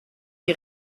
die